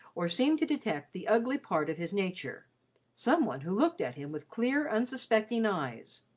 or seem to detect the ugly part of his nature some one who looked at him with clear, unsuspecting eyes,